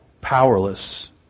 powerless